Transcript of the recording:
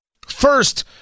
First